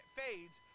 fades